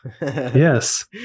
Yes